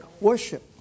Worship